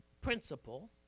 principle